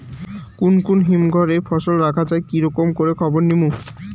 কুন কুন হিমঘর এ ফসল রাখা যায় কি রকম করে খবর নিমু?